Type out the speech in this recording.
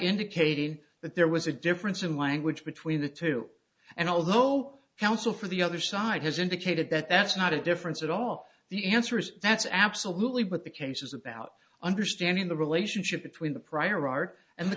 indicating that there was a difference in language between the two and although counsel for the other side has indicated that that's not a difference at all the answers that's absolutely but the case is about understanding the relationship between the prior art and the